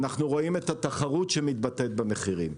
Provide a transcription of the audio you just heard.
אנחנו רואים את התחרות שמתבטאת במחירים.